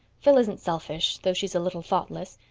phil isn't selfish, though she's a little thoughtless,